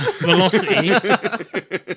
velocity